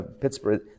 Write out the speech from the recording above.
Pittsburgh